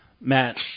matt